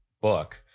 book